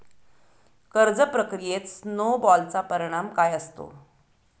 कर्ज प्रक्रियेत स्नो बॉलचा परिणाम काय असतो?